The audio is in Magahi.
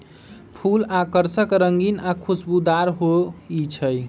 फूल आकर्षक रंगीन आ खुशबूदार हो ईछई